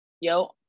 Yo